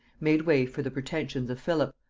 made way for the pretensions of philip,